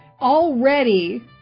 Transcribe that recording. already